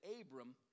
Abram